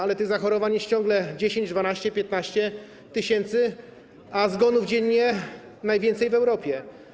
Ale tych zachorowań jest ciągle 10, 12, 15 tys. dziennie, a zgonów dziennie - najwięcej w Europie.